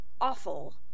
awful